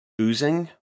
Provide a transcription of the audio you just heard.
oozing